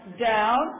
down